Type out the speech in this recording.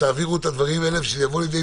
שתעבירו את הדברים האלה וזה יבוא לידי